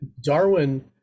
darwin